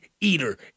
eater